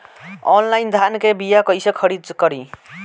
Online धान के बीया कइसे खरीद करी?